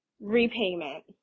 repayment